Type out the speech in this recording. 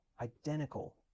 identical